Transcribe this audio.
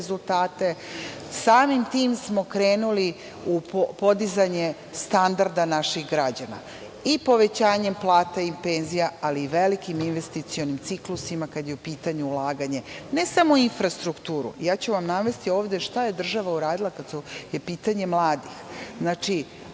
rezultate, samim tim smo krenuli u podizanje standarda naših građana i povećanjem plata i penzija, ali i velikim investicionim ciklusima kada je u pitanju ulaganje ne samo u infrastrukturu. Ja ću vam navesti šta je država uradila kada su u pitanju mladi. Jedno